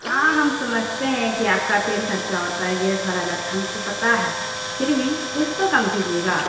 ہاں ہم سمجھتے ہیں کہ آپ کا تیل خرچہ ہوتا ہے گیس بھرا جاتا ہے ہم کو پتہ ہے پھر بھی کچھ تو کم کیجیے گا